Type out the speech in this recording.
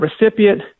recipient